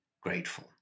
grateful